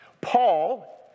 Paul